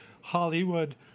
Hollywood